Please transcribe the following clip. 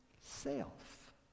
self